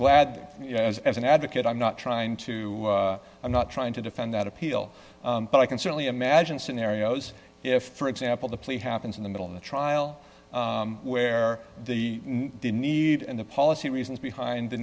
glad as as an advocate i'm not trying to i'm not trying to defend that appeal but i can certainly imagine scenarios if for example the plea happens in the middle of the trial where the the need and the policy reasons behind the